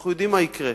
אנחנו יודעים מה יקרה.